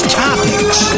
topics